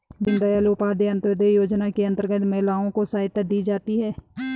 दीनदयाल उपाध्याय अंतोदय योजना के अंतर्गत महिलाओं को सहायता दी जाती है